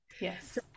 Yes